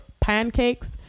Pancakes